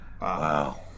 Wow